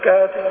God